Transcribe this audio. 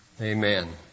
Amen